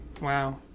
wow